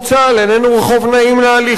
איננו רחוב נעים להליכה.